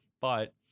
But-